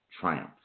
triumph